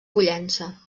pollença